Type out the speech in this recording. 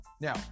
Now